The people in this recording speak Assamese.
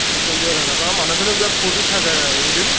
চলিয়ে থাকে ন আৰু মানুহখিনিও বিৰাট ফূৰ্তিত থাকে সেইকেইদিন